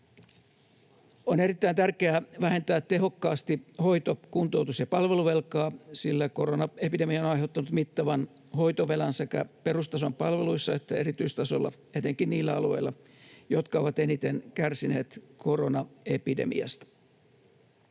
On erittäin tärkeää vähentää tehokkaasti hoito-, kuntoutus- ja palveluvelkaa, sillä koronaepidemia on aiheuttanut mittavan hoitovelan sekä perustason palveluissa että erityistasolla etenkin niillä alueilla, jotka ovat eniten kärsineet koronaepidemiasta.